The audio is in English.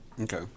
Okay